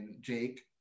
Jake